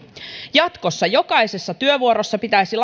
jatkossa jokaisessa työvuorossa pitäisi